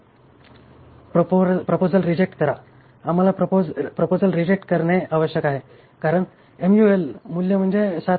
" proposal reject करा आम्हाला proposal reject करणे आवश्यक आहे कारण MUL मुल्य म्हणजे7